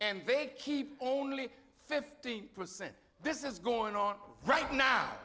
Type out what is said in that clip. and they keep only fifty percent this is going on right now